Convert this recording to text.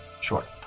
short